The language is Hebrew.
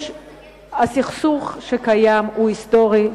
הסכסוך שקיים הוא היסטורי,